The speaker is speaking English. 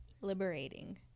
Liberating